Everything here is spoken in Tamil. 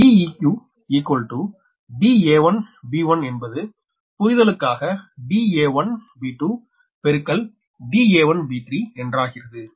எனவே Deq da1b1 என்பது புரிதலுக்காக da1b2 da1b3 என்றாகிறது